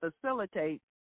facilitate